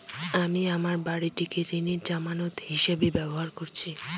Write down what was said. আমি আমার বাড়িটিকে ঋণের জামানত হিসাবে ব্যবহার করেছি